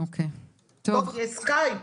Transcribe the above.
יש סקייפ,